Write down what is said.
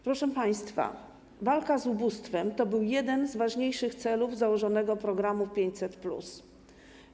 Proszę państwa, walka z ubóstwem to był jeden z ważniejszych celów założonego programu 500+.